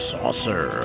Saucer